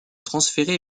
transféré